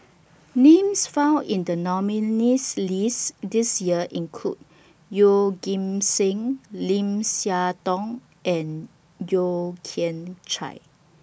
Names found in The nominees' list This Year include Yeoh Ghim Seng Lim Siah Tong and Yeo Kian Chai